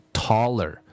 taller